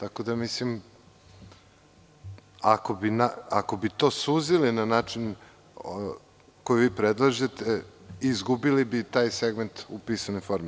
Ako bi to suzili na način koji vi predlažete, izgubili bi taj segment u pisanoj formi.